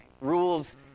Rules